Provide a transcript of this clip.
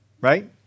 right